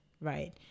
right